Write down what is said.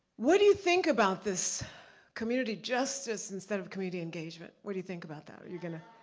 what do you think about this community justice, instead of community engagement? what do you think about that? are you gonna?